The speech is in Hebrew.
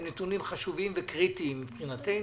הם נתונים חשובים וקריטיים מבחינתנו.